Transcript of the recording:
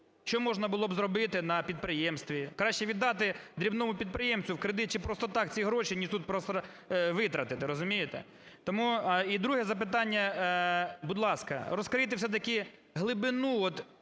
Що можна було б зробити на підприємстві? Краще віддати дрібному підприємцю в кредит чи просто так ці гроші ніж тут витратити, розумієте? Тому, і друге запитання. Будь ласка, розкрийте все-таки глибину от